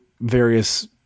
various